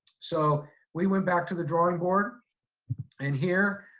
so we went back to the drawing board and here,